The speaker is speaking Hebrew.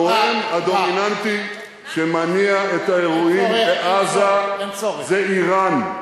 הגורם הדומיננטי שמניע את האירועים בעזה זה אירן.